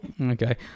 Okay